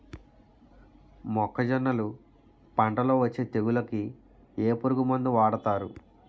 మొక్కజొన్నలు పంట లొ వచ్చే తెగులకి ఏ పురుగు మందు వాడతారు?